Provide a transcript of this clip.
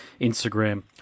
Instagram